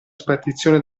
spartizione